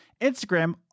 Instagram